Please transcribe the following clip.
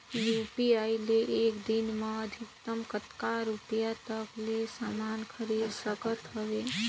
UPI ले एक दिन म अधिकतम कतका रुपिया तक ले समान खरीद सकत हवं?